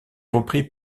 repris